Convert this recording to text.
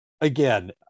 again